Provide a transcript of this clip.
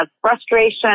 frustration